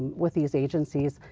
with these agencies,